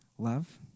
Love